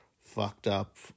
fucked-up